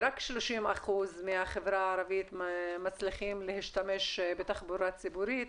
רק 30% מהחברה הערבית מצליחים להשתמש בתחבורה ציבורית,